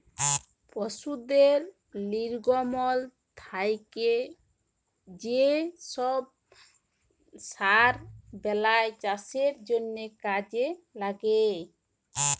পশুদের লির্গমল থ্যাকে যে সার বেলায় চাষের জ্যনহে কাজে ল্যাগে